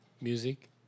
Music